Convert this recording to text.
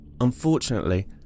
Unfortunately